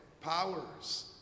powers